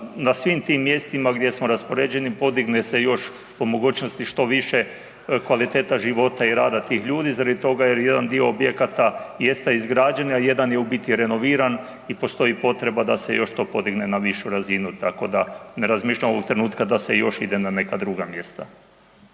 na svim tim mjestima gdje smo raspoređeni podigne se još po mogućnosti što više kvaliteta života i rada tih ljudi zbog toga jer je jedan dio objekata jeste izgrađen, a jedan je u biti renoviran i postoji potreba da se još to podigne na višu radinu tako da ne razmišljamo u ovom trenutku da se još ide na neka druga mjesta.